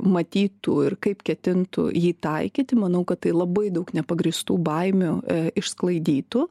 matytų ir kaip ketintų jį taikyti manau kad tai labai daug nepagrįstų baimių išsklaidytų